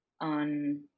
on